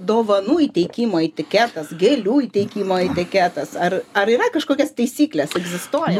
dovanų įteikimo etiketas gėlių įteikimo etiketas ar ar yra kažkokios taisyklės egzistuoja